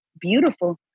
beautiful